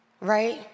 right